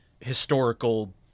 historical